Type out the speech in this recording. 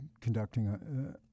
conducting